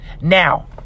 now